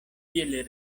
kiel